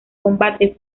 combate